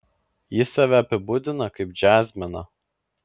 jis save apibūdina kaip džiazmeną